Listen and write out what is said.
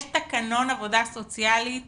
יש תקנון עבודה סוציאלית